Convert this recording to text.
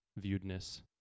viewedness